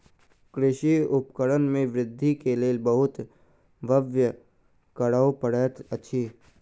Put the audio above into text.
कृषि उपकरण में वृद्धि के लेल बहुत व्यय करअ पड़ैत अछि